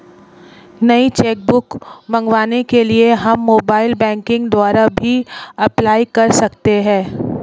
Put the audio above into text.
नई cheque book मंगवाने के लिए हम मोबाइल बैंकिंग द्वारा भी अप्लाई कर सकते है